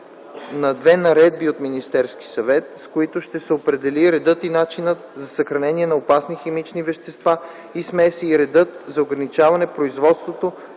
на две наредби от Министерския съвет, с които ще се определи редът и начинът за съхранение на опасни химични вещества и смеси и редът за ограничаване производството,